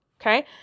Okay